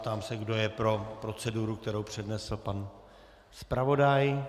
Ptám se, kdo je pro proceduru, kterou přednesl pan zpravodaj.